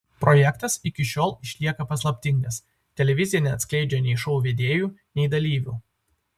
projektas iki šiol išlieka paslaptingas televizija neatskleidžia nei šou vedėjų nei dalyvių